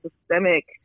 systemic